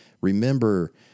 Remember